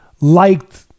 liked